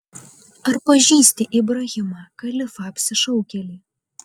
ar pažįsti ibrahimą kalifą apsišaukėlį